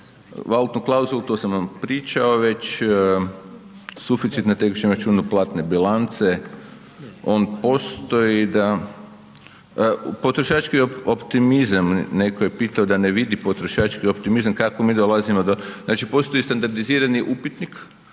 Valutnu klauzulu to sam vam pričao već. Suficit na tekućem računu platne bilance on postoji. Potrošački optimizam netko je pitao da ne vidi potrošački optimizam kako mi dolazimo. Znači, postoji standardizirani upitnik